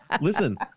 Listen